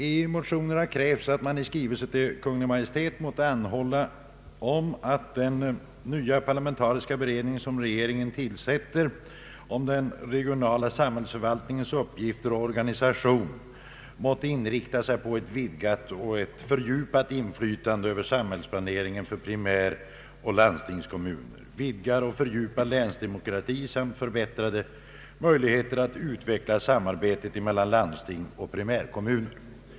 I motioner har krävts att riksdagen i skrivelse till Kungl. Maj:t skall anhålla att den nya parlamentariska beredning som regeringen tillsätter om den regionala samhällsförvaltningens uppgifter och organisation skall inrikta sig på ett vidgat och fördjupat inflytande över samhällsplaneringen för primäroch landstingskommuner, vidgad och fördjupad länsdemokrati samt förbättrade möjligheter att utveckla samarbetet mellan landsting och primärkommuner.